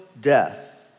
death